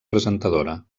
presentadora